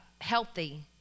healthy